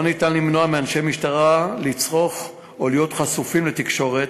אין אפשרות למנוע מאנשי משטרה לצרוך או להיות חשופים לתקשורת,